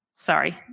Sorry